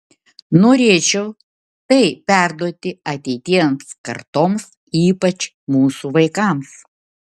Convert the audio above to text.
norėčiau tai perduoti ateities kartoms ypač mūsų vaikams